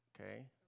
Okay